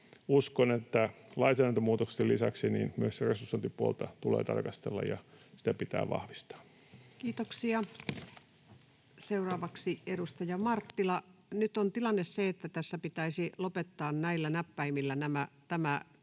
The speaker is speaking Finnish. uskon, että lainsäädäntömuutoksen lisäksi resursointipuolta tulee tarkastella ja sitä pitää vahvistaa. Kiitoksia. — Seuraavaksi edustaja Marttila. — Nyt on tilanne se, että tässä pitäisi lopettaa näillä näppäimillä tämä keskustelu,